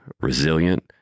resilient